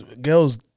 girls